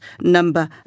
Number